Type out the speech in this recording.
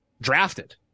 drafted